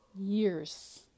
Years